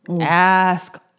Ask